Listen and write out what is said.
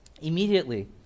Immediately